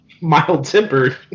mild-tempered